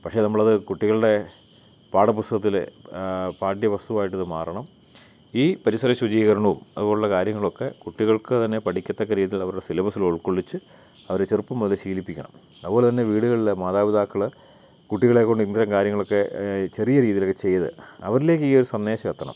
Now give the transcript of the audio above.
പക്ഷെ നമ്മളത് കുട്ടികളുടെ പാഠപുസ്തകത്തിൽ പാഠ്യപുസ്തുവായിട്ട് അത് മാറണം ഈ പരിസരശുചീകരണവും അതുപോലെയുള്ള കാര്യങ്ങളൊക്കെ കുട്ടികൾക്ക് തന്നെ പഠിക്കത്തക്ക രീതിയിലവരുടെ സിലബസ്സിലുൾക്കൊള്ളിച്ച് അവരെ ചെറുപ്പം മുതലേ ശീലിപ്പിക്കണം അതുപോലെതന്നെ വീടുകളിലെ മാതാപിതാക്കൾ കുട്ടികളേക്കൊണ്ട് ഇത്തരം കാര്യങ്ങളൊക്കെ ചെറിയ രീതിയിലൊക്കെ ചെയ്ത് അവരിലേക്ക് ഈയൊരു സന്ദേശമെത്തണം